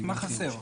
מה חסר?